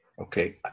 okay